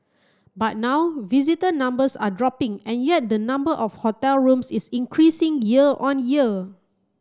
but now visitor numbers are dropping and yet the number of hotel rooms is increasing year on year